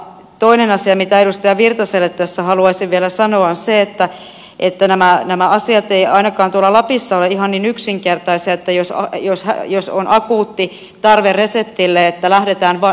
toinen asia mitä edustaja virtaselle tässä haluaisin vielä sanoa on se että nämä asiat eivät ainakaan tuolla lapissa ole ihan niin yksinkertaisia että jos reseptille on akuutti tarve lähdetään tuosta noin vain päivystykseen